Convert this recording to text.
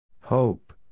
Hope